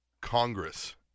Congress